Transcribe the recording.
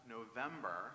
November